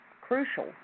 crucial